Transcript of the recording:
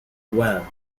well